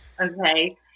Okay